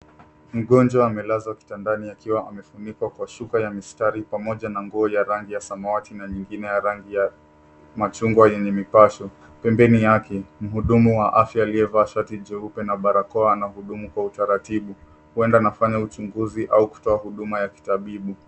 Mgonjwa amelazwa kitandani akiwa amefunikwa kwa shuka ya mistari pamoja na nguo ya rangi ya samawati na nyingine ya rangi ya machugwa yenye mipasho. Pembeni yake mhudumu wa afya aliyevaa shati jeupe na barakoa anahudumu kwa utaratibu huenda anafanya uchunguzi au kutoa huduma ya kitabibu.